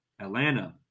Atlanta